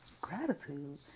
gratitude